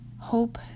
hope